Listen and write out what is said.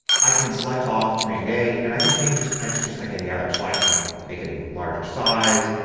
i can select all, command a, and i can change this text just like any other. so i can make it a larger size.